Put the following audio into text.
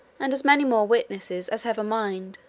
and as many more witnesses as have a mind.